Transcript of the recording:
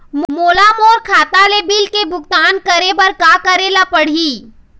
मोला मोर खाता ले बिल के भुगतान करे बर का करेले पड़ही ही?